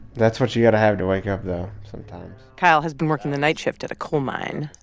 that's what you got to have to wake up, though, sometimes kyle has been working the night shift at a coal mine,